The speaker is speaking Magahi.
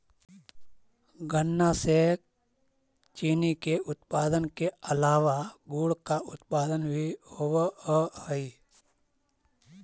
गन्ना से चीनी के उत्पादन के अलावा गुड़ का उत्पादन भी होवअ हई